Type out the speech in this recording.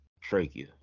trachea